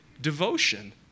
devotion